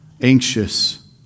anxious